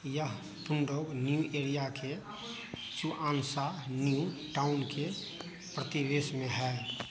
यह पुंढोग new area के चुआंशा न्यू टाउन के प्रतिवेश में है